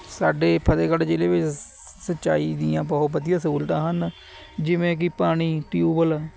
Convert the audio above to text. ਸਾਡੇ ਫਤਿਹਗੜ੍ਹ ਜ਼ਿਲ੍ਹੇ ਵਿੱਚ ਸਿੰਚਾਈ ਦੀਆਂ ਬਹੁਤ ਵਧੀਆ ਸਹੂਲਤਾਂ ਹਨ ਜਿਵੇਂ ਕੀ ਪਾਣੀ ਟਿਊਬਲ